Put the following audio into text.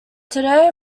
today